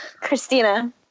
christina